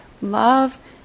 Love